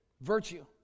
virtue